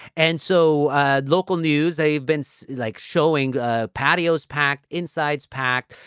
and so ah local news, they've been so like showing ah patios packed, insides packed.